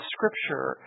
Scripture